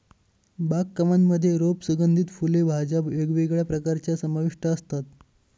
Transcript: बाग कामांमध्ये रोप, सुगंधित फुले, भाज्या वेगवेगळ्या प्रकारच्या समाविष्ट असतात